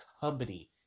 company